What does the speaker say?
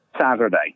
Saturday